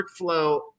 workflow